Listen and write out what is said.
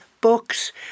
books